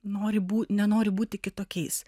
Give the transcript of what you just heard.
nori būti nenoriu būti kitokiais